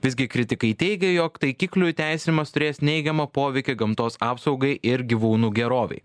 visgi kritikai teigia jog taikiklių įteisinimas turės neigiamą poveikį gamtos apsaugai ir gyvūnų gerovei